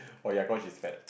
oh ya cause she's fat